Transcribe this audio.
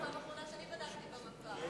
בפעם האחרונה שאני בדקתי במפה.